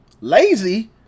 Lazy